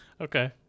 Okay